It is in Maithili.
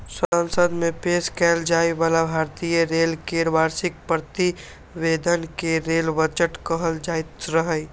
संसद मे पेश कैल जाइ बला भारतीय रेल केर वार्षिक प्रतिवेदन कें रेल बजट कहल जाइत रहै